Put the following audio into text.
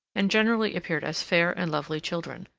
and generally appeared as fair and lovely children.